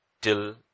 till